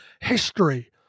history